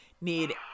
need